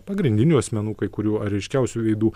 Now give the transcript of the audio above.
pagrindinių asmenų kai kurių ar ryškiausių veidų